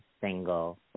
single